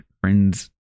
friends